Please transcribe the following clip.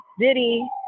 Diddy